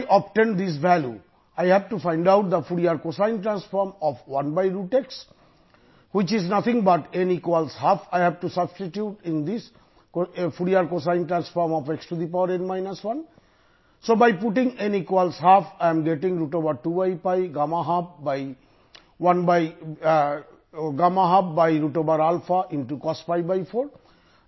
எப்பொழுதெல்லாம் சில இன்டெக்ரல்கள் மதிப்புகளை கண்டுபிடிக்கலாம் என்பதை குறித்துக் கொள்ளுங்கள்